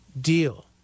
deal